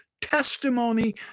testimony